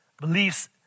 beliefs